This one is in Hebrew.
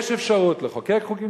יש אפשרות לחוקק חוקים,